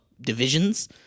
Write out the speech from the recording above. divisions